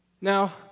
Now